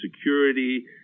security